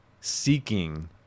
seeking